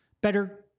better